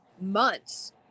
Months